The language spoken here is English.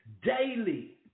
Daily